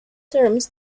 terms